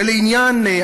ולעניין,